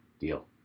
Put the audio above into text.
deal